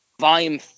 volume